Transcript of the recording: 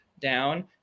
down